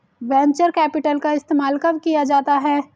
Venture capital का इस्तेमाल कब किया जाता है?